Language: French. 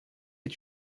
est